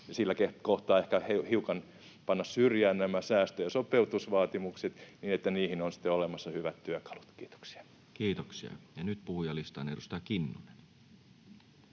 sillä kohtaa ehkä hiukan panna syrjään nämä säästö‑ ja sopeutusvaatimukset, niin niihin on sitten olemassa hyvät työkalut. — Kiitoksia. Kiitoksia. — Ja nyt puhujalistaan. — Edustaja Kinnunen,